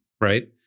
right